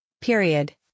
Period